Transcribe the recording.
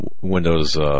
Windows